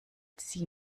sie